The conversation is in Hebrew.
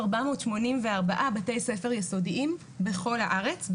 1,484 בתי ספר יסודיים בכל הארץ,